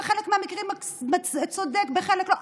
בחלק מהמקרים צודק ובחלק לא,